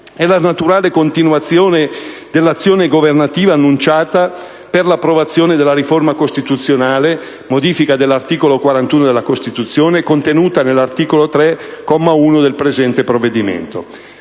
è la naturale continuazione dell'azione governativa annunciata per l'approvazione della riforma costituzionale di modifica dell'articolo 41 della Costituzione, contenuta nell'articolo 3, comma 1, del presente provvedimento.